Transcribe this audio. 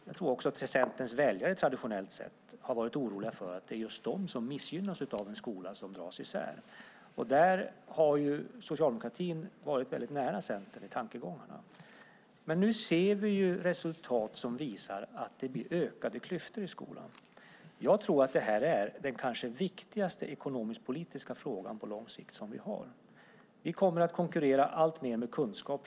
Jag tror att Centerns väljare traditionellt varit oroliga för att just de missgynnas av en skola som dras isär. I dessa tankegångar har socialdemokratin stått nära Centern. Nu ser vi resultat som visar att det blir ökade klyftor i skolan. Jag tror att detta är den kanske viktigaste ekonomisk-politiska frågan på lång sikt. Vi kommer framöver att alltmer konkurrera med kunskap.